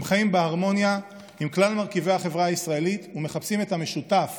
הם חיים בהרמוניה עם כלל מרכיבי החברה הישראלית ומחפשים את המשותף